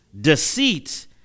Deceit